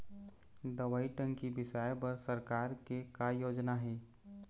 दवई टंकी बिसाए बर सरकार के का योजना हे?